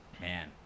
man